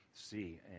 see